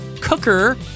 cooker